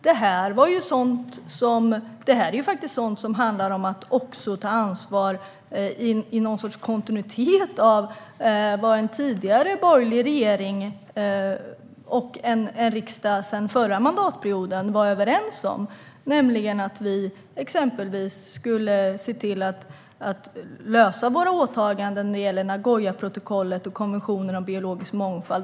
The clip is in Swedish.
Det här är sådant som handlar om att också ta ansvar för någon sorts kontinuitet vad gäller det som en tidigare borgerlig regering och en riksdag under förra mandatperioden var överens om, nämligen att vi exempelvis skulle lösa våra åtaganden när det gäller Nagoyaprotokollet och konventionen om biologisk mångfald.